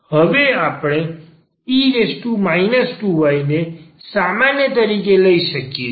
હવે આપણે e 2y ને સામાન્ય તરીકે લઈ શકીએ છીએ